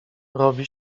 robi